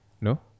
no